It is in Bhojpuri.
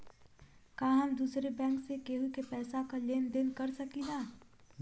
का हम दूसरे बैंक से केहू के पैसा क लेन देन कर सकिला?